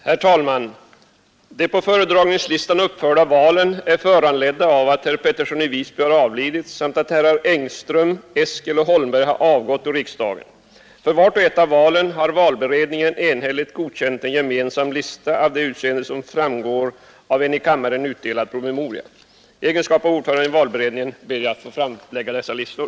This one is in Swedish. Herr talman! De på föredragningslistan uppförda valen är föranledda av att herr Pettersson i Visby har avlidit samt att herrar Engström, Eskel och Holmberg har avgått ur riksdagen. För vart och ett av valen har valberedningen enhälligt godkänt en gemensam lista av det utseende som framgår av en i kammaren utdelad promemoria. I egenskap av ordförande i valberedningen ber jag att få framlägga dessa listor